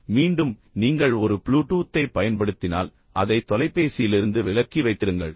எனவே மீண்டும் நீங்கள் ஒரு ப்ளூ டூத்தை பயன்படுத்தினால் அதை தொலைபேசியிலிருந்து விலக்கி வைத்திருங்கள்